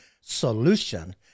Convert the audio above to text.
solution